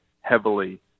heavily